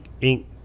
ink